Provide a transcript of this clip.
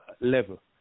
level